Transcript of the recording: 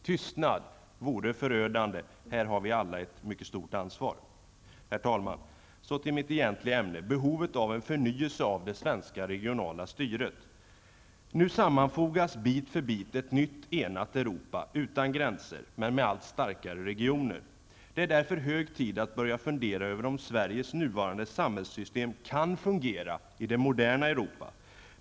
Tystnad vore förödande! Här har vi alla ett mycket stort ansvar. Herr talman! Så till mitt egentliga ämne: behovet av en förnyelse av det svenska regionala styret. Nu sammanfogas bit för bit ett nytt, enat Europa -- utan gränser, men med allt starkare regioner. Det är därför hög tid att börja fundera över om Sveriges nuvarande samhällssystem kan fungera i det moderna Europa.